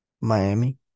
Miami